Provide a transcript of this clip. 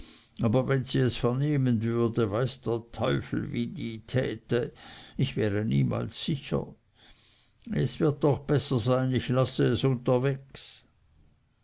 aber wenn sie es vernehmen würde weiß der teufel wie die täte ich wäre niemals sicher es wird doch besser sein ich lasse es unterwegs